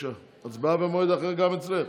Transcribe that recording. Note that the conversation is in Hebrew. הצבעה במועד אחר גם אצלך.